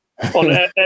on